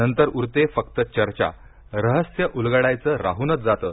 नंतर उरते फक्त चर्चा रहस्य उलगडायचं राहूनच जातं